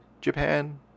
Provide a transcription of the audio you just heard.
Japan